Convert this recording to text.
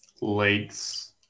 Lake's